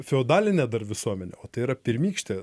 feodalinė visuomenė o tai yra pirmykštė